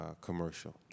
Commercial